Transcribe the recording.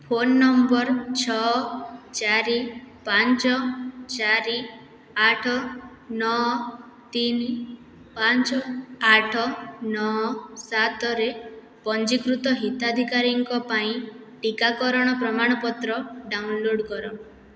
phone number ଛଅ ଚାରି ପାଞ୍ଚ ଚାରି ଆଠ ନଅ ତିନି ପାଞ୍ଚ ଆଠ ନଅ ସାତରେ ପଞ୍ଜୀକୃତ ହିତାଧିକାରୀଙ୍କ ପାଇଁ ଟିକାକରଣ ପ୍ରମାଣପତ୍ର ଡାଉନଲୋଡ଼୍ କର